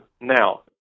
Now